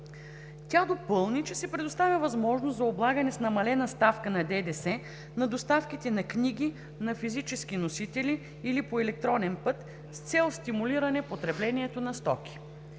Тя допълни, че се предоставя възможност за облагане с намалена ставка на ДДС на доставките на книги на физически носители или по електронен път с цел стимулиране потреблението на стоки.